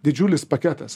didžiulis paketas